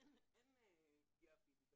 אין פגיעה פיזית.